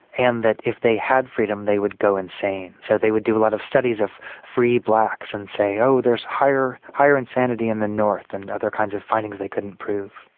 and that if they had freedom they would go insane. so they would do a lot of studies of free blacks and say, oh there's higher higher insanity in the north and other kinds of findings they couldn't prove.